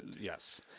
Yes